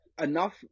enough